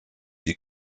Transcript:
die